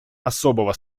особого